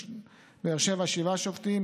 בבאר שבע שבעה שופטים,